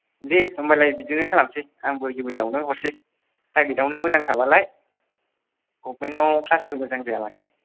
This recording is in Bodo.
दे होमब्लालाय बिदिनो खालामसै आंबो इउ एन आवनो हरसै प्राइभेटआवनो मोजां खाबालाय गभर्नमेन्टथाव क्लासबो मोजां जाया माथो